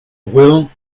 will